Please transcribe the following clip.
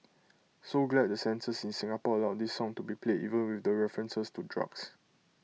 so glad the censors in Singapore allowed this song to be played even with references to drugs